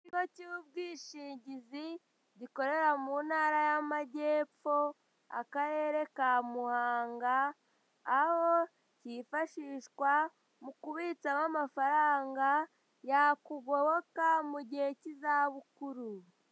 Icyigo cy'ubwishingizi gikorera mu ntara y'amajyepfo akarere ka muhanga aho kifashishwa mu kubitsamo amafaranga yakugoboka mugihe cy'izabukuru.